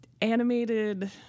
animated